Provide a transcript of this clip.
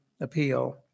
appeal